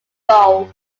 bowl